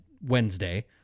Wednesday